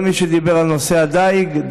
כל מי שדיבר על נושא הדיג,